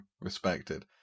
respected